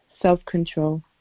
self-control